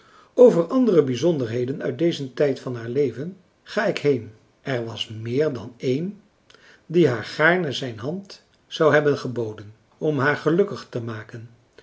over andere bijzonderheden uit dezen tijd van haar leven ga ik heen er was meer dan een die haar gaarne zijn hand zou hebben geboden om haar gelukkig te maken